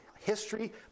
history